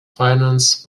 finance